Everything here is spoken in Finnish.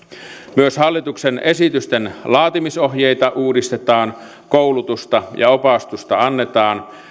myös hallituksen esitysten laatimisohjeita uudistetaan koulutusta ja opastusta annetaan